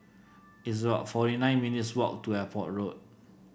it's about forty nine minutes' walk to Airport Road